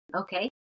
okay